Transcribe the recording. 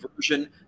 version